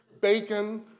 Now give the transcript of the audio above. bacon